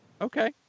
Okay